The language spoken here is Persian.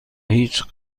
هیچ